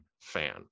fan